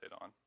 on